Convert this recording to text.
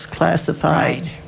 Classified